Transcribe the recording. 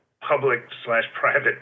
public-slash-private